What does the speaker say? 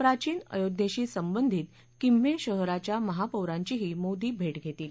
प्राचीन अयोध्येशी संबंधित किम्हे शहराच्या महापौरांचीही मोदी भेट घेतील